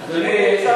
אדוני,